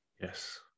yes